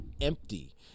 empty